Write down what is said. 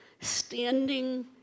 standing